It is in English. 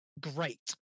Great